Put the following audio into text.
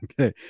Okay